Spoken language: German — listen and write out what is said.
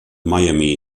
miami